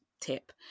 tip